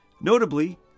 Notably